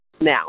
now